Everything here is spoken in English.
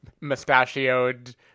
mustachioed